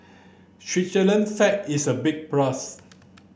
Switzerland flag is a big plus